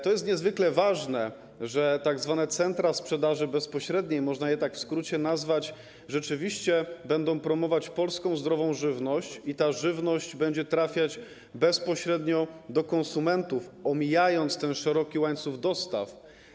To jest niezwykle ważne, że tzw. centra sprzedaży bezpośredniej można je tak w skrócie nazwać, rzeczywiście będą promować polską zdrową żywność i ta żywność będzie trafiać bezpośrednio do konsumentów, omijając długi łańcuch dostaw.